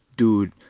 Dude